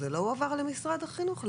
זה לא הועבר למשרד החינוך?